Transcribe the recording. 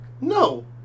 No